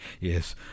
Yes